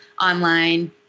online